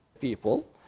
people